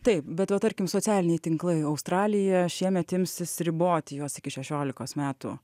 taip bet va tarkim socialiniai tinklai australija šiemet imsis riboti juos iki šešiolikos metų